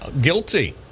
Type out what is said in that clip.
guilty